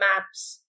maps